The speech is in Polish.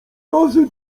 razy